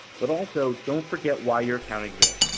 but also don't forget why your account exists,